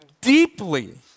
deeply